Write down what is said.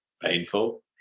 painful